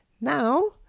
Now